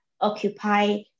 occupy